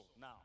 now